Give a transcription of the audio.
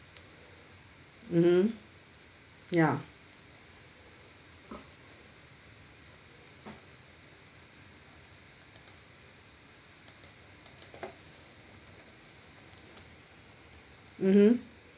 mmhmm ya mmhmm